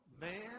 man